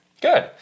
Good